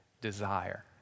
desire